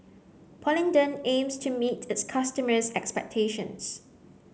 Polident aims to meet its customers' expectations